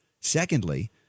Secondly